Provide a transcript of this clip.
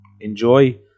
enjoy